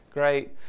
Great